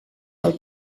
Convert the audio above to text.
del